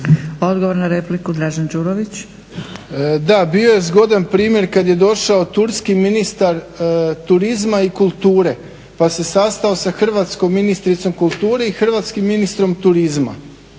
Đurović. **Đurović, Dražen (HDSSB)** Da, bio je zgodan primjer kada je došao turski ministar turizma i kulture pa se sastao sa hrvatskom ministricom kulture i hrvatskim ministrom turizma.